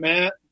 Matt